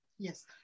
Yes